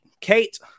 Kate